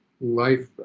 life